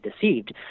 deceived